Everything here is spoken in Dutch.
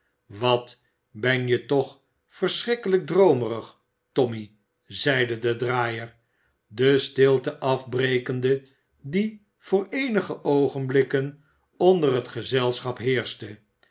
wat ben je toch verschrikkelijk droomerig tommy zeide de draaier de stilte afbrekende die voor eenige oogenblikken onder t gezelschap